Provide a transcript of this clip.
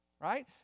Right